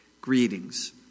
greetings